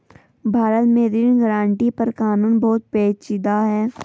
भारत में ऋण गारंटी पर कानून बहुत पेचीदा है